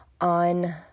on